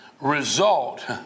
result